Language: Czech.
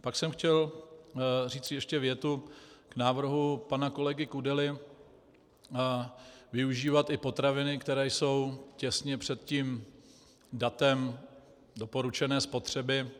Pak jsem chtěl říci ještě větu k návrhu pana kolegy Kudely využívat i potraviny, které jsou těsně před datem doporučené spotřeby.